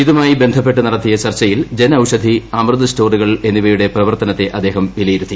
ഇതുമായി ബന്ധപ്പെട്ട് നടത്തിയ ചർച്ചയിൽ ജൻ ഔഷധി അമൃത് സ്റ്റോറുകൾ എന്നിവയുടെ പ്രവർത്തനത്തെ അദ്ദേഹം വിലയിരുത്തി